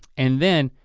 and then,